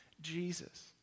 Jesus